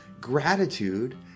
gratitude